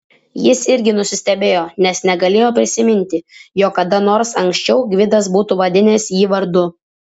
jis irgi nusistebėjo nes negalėjo prisiminti jog kada nors anksčiau gvidas būtų vadinęs jį vardu